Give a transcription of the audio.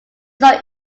saw